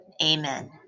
Amen